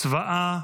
צבאה,